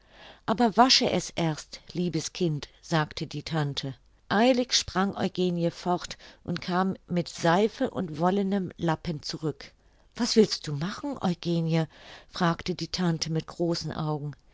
aber wasche es erst liebes kind sagte die tante eilig sprang eugenie fort und kam mit seife und wollenem lappen zurück was willst du machen eugenie fragte die tante mit großen augen